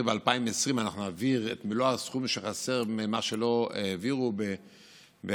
ב-2020 אנחנו נעביר את מלוא הסכום שחסר ממה שלא העבירו ב-2019,